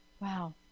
Wow